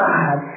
God